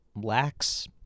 lacks